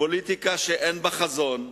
פוליטיקה שאין בה חזון,